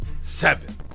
Seven